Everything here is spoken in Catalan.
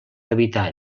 habitar